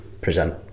present